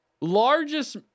Largest